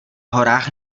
horách